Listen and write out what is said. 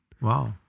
Wow